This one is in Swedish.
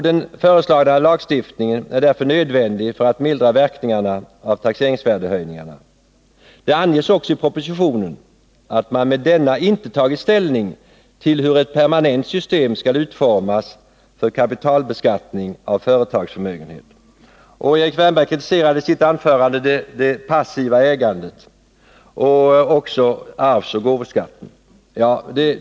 Den föreslagna lagstiftningen är därför nödvändig för att mildra verkningarna av taxeringsvärdeshöjningarna. Det anges också i propositionen att man i den inte har tagit ställning till hur ett permanent system skall utformas för kapitalbeskattning av företagsförmögenhet. I sitt anförande kritiserade Erik Wärnberg det passiva ägandet och även arvsoch gåvobeskattningen.